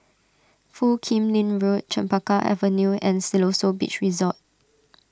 Foo Kim Lin Road Chempaka Avenue and Siloso Beach Resort